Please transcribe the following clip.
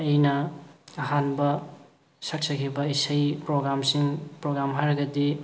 ꯑꯩꯅ ꯑꯍꯥꯟꯕ ꯁꯛꯆꯈꯤꯕ ꯏꯁꯩ ꯄ꯭ꯔꯣꯒꯥꯝꯁꯤꯡ ꯄ꯭ꯔꯣꯒꯥꯝ ꯍꯥꯏꯔꯒꯗꯤ